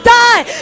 die